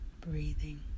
Breathing